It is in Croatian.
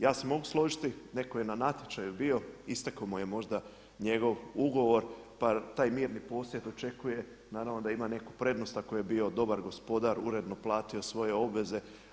Ja se mogu složiti, netko je na natječaju bio, istekao mu je možda njegov ugovor pa taj mirni posjed očekuje naravno da ima neku prednost ako je bio dobar gospodar, uredno platio svoje obveze.